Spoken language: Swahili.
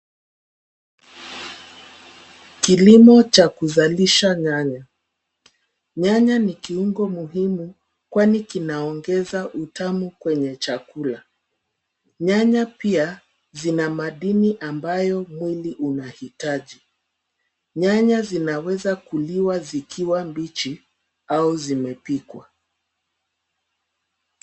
Kilimo cha kuzalisha nyanya. Nyanya ni kiungo muhimu kwani kinaongeza utamu kwenye chakula. Nyanya pia zina madini ambayo mwili unahitaji. Nyanya zinaweza kuliwa zikiwa mbichi au zimepikwa.